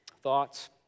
thoughts